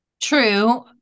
True